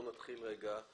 נתחיל עם